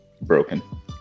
broken